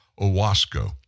Owasco